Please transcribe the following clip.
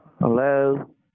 Hello